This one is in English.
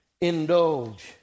indulge